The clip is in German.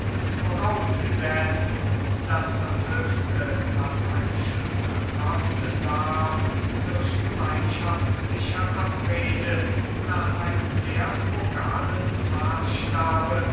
vorausgesetzt daß das höchste was eine schüssel kosten darf durch gemeinschaftliche abrede nach einem sehr frugalen maßstabe